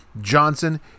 Johnson